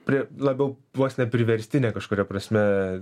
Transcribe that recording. prie labiau vos ne priverstinė kažkuria prasme